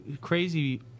crazy